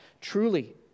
Truly